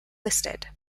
listed